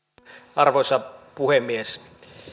arvoisa puhemies